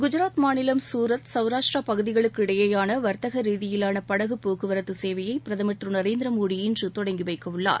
குஜராத் மாநிலம் சூரத் சௌராஷ்ட்ரா பகுதிகளுக்கு இடையேயான வர்த்தக ரீதியான படகுப் போக்குவரத்து சேவையை பிரகமர் திரு நரேந்திர மோடி இன்று தொடங்கி வைக்க உள்ளார்